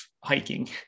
hiking